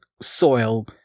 soil